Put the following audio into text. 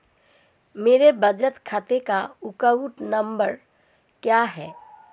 मेरे बचत खाते का अकाउंट नंबर क्या है?